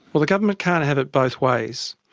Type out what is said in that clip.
well, the government can't have it both ways.